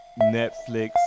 Netflix